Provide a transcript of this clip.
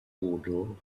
poodle